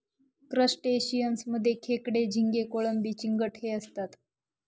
crustaceans मध्ये खेकडे, झिंगे, कोळंबी, चिंगट हे असतात